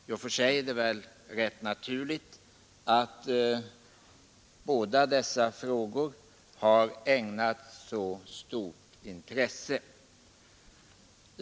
I och för sig är det väl rätt naturligt att båda dessa frågor har ägnats så stort intresse.